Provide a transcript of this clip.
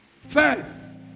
First